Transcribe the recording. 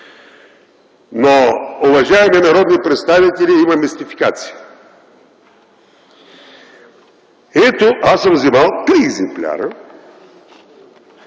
Но, уважаеми народни представители, има мистификация. Ето, аз съм вземал три екземпляра